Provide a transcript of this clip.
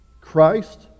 Christ